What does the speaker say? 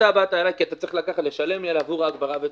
באת אליי כי אתה צריך לשלם לי עבור הגברה ותאורה,